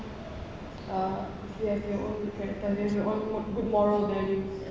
uh if you have your own character you have your own good moral values